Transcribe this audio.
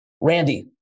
Randy